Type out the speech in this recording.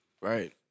Right